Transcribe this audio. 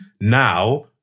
now